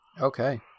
Okay